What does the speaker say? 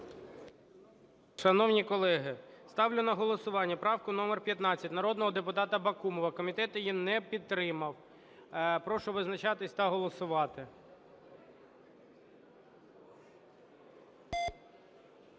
Шановні колеги, ставлю на голосування правку номер 15 народного депутата Бакумова. Комітет її не підтримав. Прошу визначатись та голосувати.